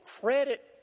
credit